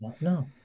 No